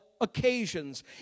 occasions